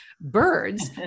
birds